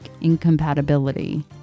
incompatibility